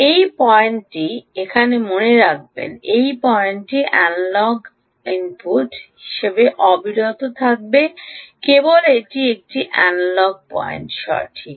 এই পয়েন্টটি এখানে মনে রাখবেন এই পয়েন্টটি অ্যানালগ ইনপুট হিসাবে অবিরত থাকবে কেবল এটি একটি এনালগ পয়েন্ট সঠিক